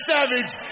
Savage